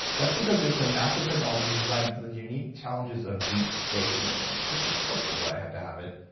that's because it's a nasa technology designed for the unique challenges of deep space missions, which of course is why i had to have it.